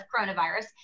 coronavirus